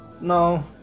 No